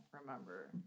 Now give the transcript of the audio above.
remember